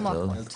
כמו אחות.